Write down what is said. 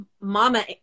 mama